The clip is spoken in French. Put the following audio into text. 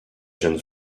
jeune